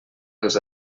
els